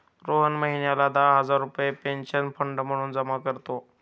रोहन महिन्याला दहा हजार रुपये पेन्शन फंड म्हणून जमा करतो